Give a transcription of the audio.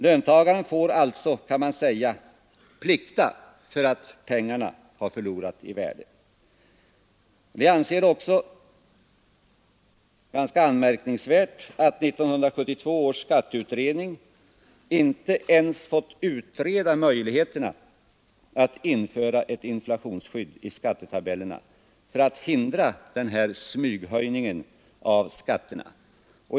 Löntagaren får alltså, kan man säga, plikta för att pengarna har förlorat i värde. Vi anser också att det är ganska anmärkningsvärt att 1972 års skatteutredning inte ens fått utreda möjligheterna att införa ett inflationsskydd i skattetabellerna för att hindra den här smyghöjningen av skatterna.